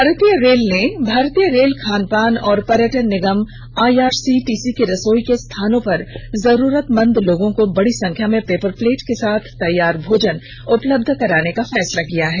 भारतीय रेलवे ने भारतीय रेल खान पान और पर्यटन निगम आईआरसीटीसी की रसोई के स्थानों पर जरूरतमंद लोगों को बड़ी संख्या में पेपर प्लेट के साथ तैयार भोजन उपलब्ध कराने का फैसला किया है